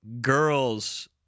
girls